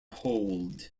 hold